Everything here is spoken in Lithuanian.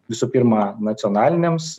visų pirma nacionaliniams